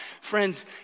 Friends